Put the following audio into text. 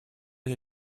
ich